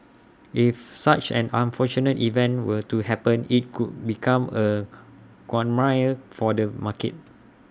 if such an unfortunate event were to happen IT could become A quagmire for the market